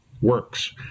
Works